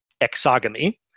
exogamy